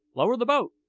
lower the boat!